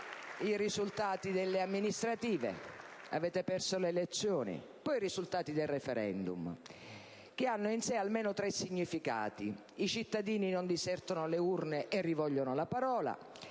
i risultati delle amministrative - avete perso le elezioni - e quindi i risultati dei *referendum*, che hanno in sé almeno tre significati. I cittadini non disertano le urne e rivogliono la parola;